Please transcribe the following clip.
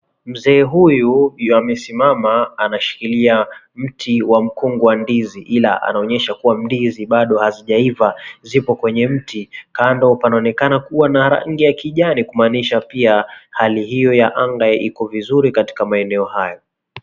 Mzee huyu amesimama anashikiria mti wa mkongwandizi, ila anaonyesha kuwa ndizi hazijaivaa ziko kwenye mti. Kando panaonekana kuwa na rangi ya kijani kumaanisha pia, hali hiyo ya anga iko vizuri katika maeneo hayo.